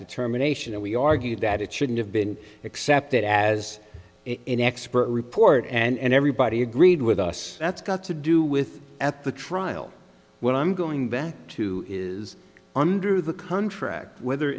determination and we argued that it shouldn't have been accepted as an expert report and everybody agreed with us that's got to do with at the trial what i'm going back to is under the contract whether